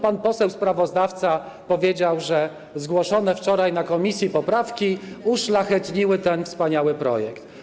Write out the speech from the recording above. Pan poseł sprawozdawca powiedział, że zgłoszone wczoraj na posiedzeniu komisji poprawki uszlachetniły ten wspaniały projekt.